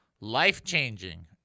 Life-changing